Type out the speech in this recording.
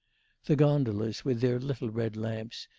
the gondolas, with their little red lamps,